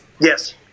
yes